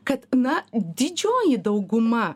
kad na didžioji dauguma